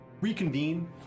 reconvene